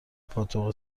پاتوق